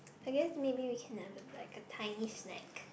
I guess maybe we can have a like a tiny snack